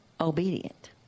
obedient